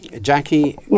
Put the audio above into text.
Jackie